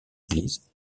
église